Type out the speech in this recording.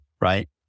right